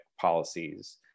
policies